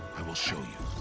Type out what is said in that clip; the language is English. i will show you.